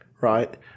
right